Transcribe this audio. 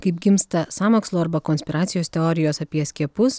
kaip gimsta sąmokslo arba konspiracijos teorijos apie skiepus